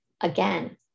again